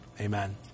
Amen